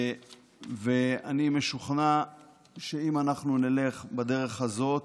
אני משוכנע שאם אנחנו נלך בדרך הזאת,